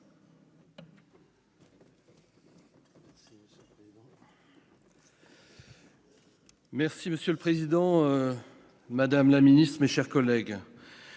CRCE. Monsieur le président, madame la ministre, mes chers collègues,